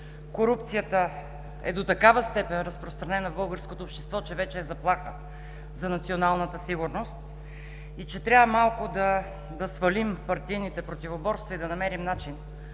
корупцията е до такава степен разпространена в българското общество, че вече е заплаха за националната сигурност и че трябва малко да свалим партийните противоборства, и да намерим начин